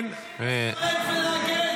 במדינה של היום כולם הולכים לשרת ולהגן.